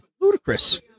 Ludicrous